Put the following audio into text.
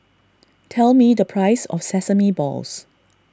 tell me the price of Sesame Balls